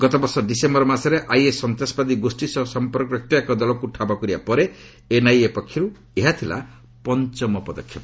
ଗତବର୍ଷ ଡିସେମ୍ବର ମାସରେ ଆଇଏସ୍ ସନ୍ତାସବାଦୀ ଗୋଷ୍ଠୀ ସହ ସମ୍ପର୍କ ରଖିଥିବା ଏକ ଦଳକୁ ଠାବ କରିବା ପରେ ଏନ୍ଆଇଏ ପକ୍ଷର୍ ଏହା ଥିଲା ପଞ୍ଚମ ପଦକ୍ଷେପ